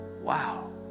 wow